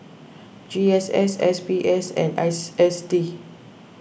G S S S B S and S S D